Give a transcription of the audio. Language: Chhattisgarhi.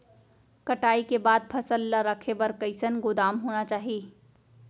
कटाई के बाद फसल ला रखे बर कईसन गोदाम होना चाही?